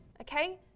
okay